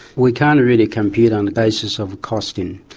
we can't really compete on the basis of costing,